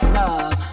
love